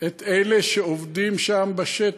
את אלה שעובדים שם בשטח.